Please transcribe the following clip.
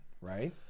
right